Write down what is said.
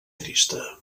trista